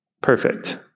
Perfect